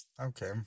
Okay